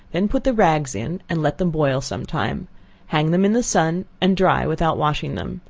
then put the rags in, and let them boil some time hang them in the sun, and dry without washing them.